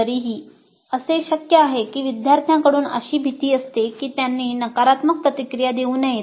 तरीही असे शक्य आहे की विद्यार्थ्यांकडून अशी भीती असते की त्यांनी नकारात्मक प्रतिक्रिया देऊ नयेत